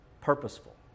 purposeful